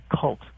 cult